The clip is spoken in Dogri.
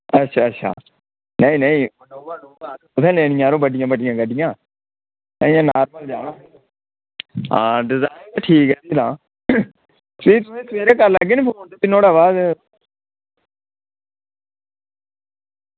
अच्छा अच्छा नेईं नेईं कुत्थें लैनियां बड्डियां बड्डियां गड्डियां कुत्थें आं डिजायर ठीक ऐ तां ठीक ऐ भी सबेरै चुक्की लैगे नी फोन ते भी नुहाड़े बाद